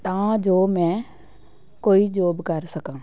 ਤਾਂ ਜੋ ਮੈਂ ਕੋਈ ਜੋਬ ਕਰ ਸਕਾਂ